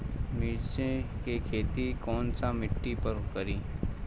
मिर्ची के खेती कौन सा मिट्टी पर करी?